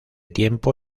tiempo